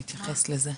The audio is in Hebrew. נתייחס לזה.